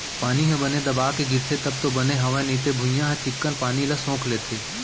पानी ह बने दबा के गिरथे तब तो बने हवय नइते भुइयॉं ह चिक्कन पानी ल सोख देथे